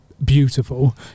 beautiful